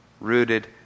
rooted